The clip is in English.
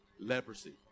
leprosy